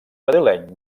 madrileny